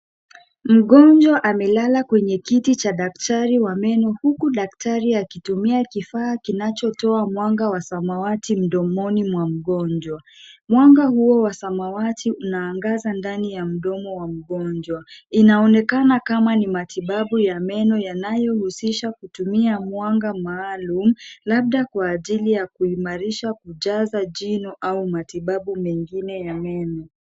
Mgonjwa amelala kwenye kiti cha daktari wa meno huku daktari akitumia kifaa kinachotoa mwanga wa samawati mdomoni wa mgonjwa. Mwanga huo wa samawati unaangaza ndani ya mdomo ya mgonjwa. Inaonekana kama ni matibabu ya meno yanayohusisha kutumia mwanga maalum, labda kwa ajili ya kuimarisha kujaza jino au matibabu mengine ya meno